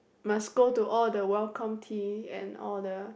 must go to all the welcome tea and all the